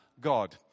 God